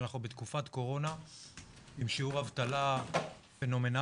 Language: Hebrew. שאנחנו בתקופת קורונה עם שיעור אבטלה פנומנאלי